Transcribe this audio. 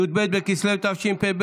י"ב בכסלו התשפ"ב,